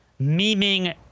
memeing